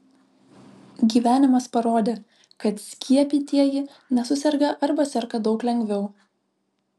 gyvenimas parodė kad skiepytieji nesuserga arba serga daug lengviau